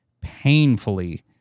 painfully